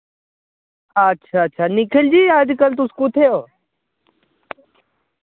अच्छा अच्छा निखिल जी अजकल्ल तुस कुत्थे ओ